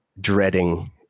dreading